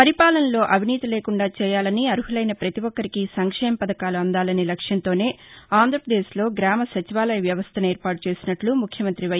పరిపాలనలో అవినీతి లేకుండా చేయాలని అర్నులైన ప్రతి ఒక్గరికి సంక్షేమ పథకాలు అందాలనే లక్ష్యంతోనే అంధ్రప్రదేశ్లో గ్రామ సచివాలయ వ్యవస్థను ఏర్పాటు చేసినట్లు ముఖ్యమంత్రి వై